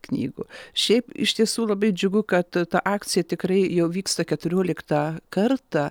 knygų šiaip iš tiesų labai džiugu kad ta akcija tikrai jau vyksta keturioliktą kartą